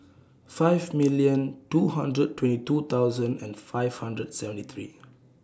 five million two hundred twenty two thousand and five hundred seventy three